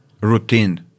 routine